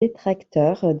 détracteurs